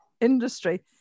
industry